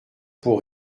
pour